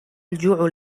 الجوع